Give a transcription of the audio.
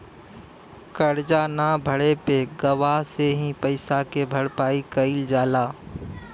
करजा न भरे पे गवाह से ही पइसा के भरपाई कईल जाला